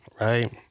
right